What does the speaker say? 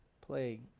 plague